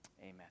amen